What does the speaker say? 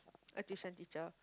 a tuition teacher